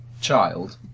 child